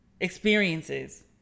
experiences